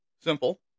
Simple